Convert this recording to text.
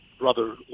brother